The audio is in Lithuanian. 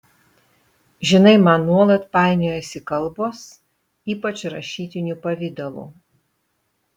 žinai man nuolat painiojasi kalbos ypač rašytiniu pavidalu